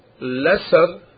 lesser